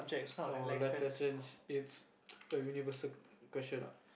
or life lessons it's a universal question ah